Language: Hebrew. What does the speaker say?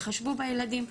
תתחשבו בילדים,